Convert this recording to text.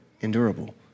endurable